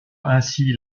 ainsi